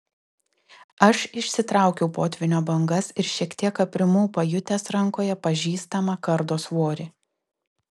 aš išsitraukiau potvynio bangas ir šiek tiek aprimau pajutęs rankoje pažįstamą kardo svorį